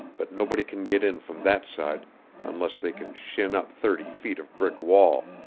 but nobody can get in from that side unless they can shin up thirty feet of brick wall.